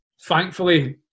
thankfully